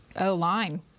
O-line